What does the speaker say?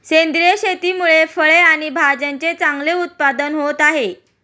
सेंद्रिय शेतीमुळे फळे आणि भाज्यांचे चांगले उत्पादन होत आहे